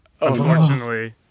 unfortunately